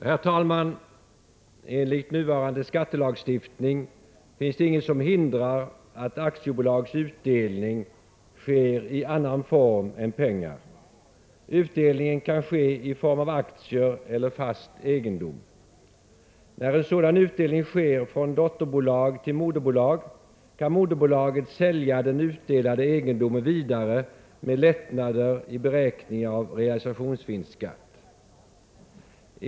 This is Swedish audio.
Herr talman! Enligt nuvarande skattelagstiftning finns det inget som hindrar att aktiebolags utdelning sker i annan form än pengar. Utdelningen kan ske i form av aktier eller fast egendom. När en sådan utdelning sker från dotterbolag till moderbolag kan moderbolaget sälja den utdelade egendomen vidare med lättnader i beräkning av realisationsvinstsskatt.